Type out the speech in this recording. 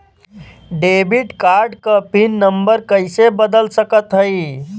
Debit card क PIN number कइसे बदल सकत हई?